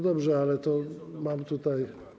Dobrze, ale to mam tutaj.